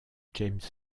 james